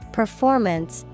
performance